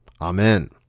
amen